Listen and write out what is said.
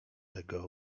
tego